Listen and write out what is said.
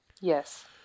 Yes